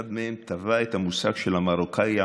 אחד מהם טבע את המושג "המרוקאי המדרבק",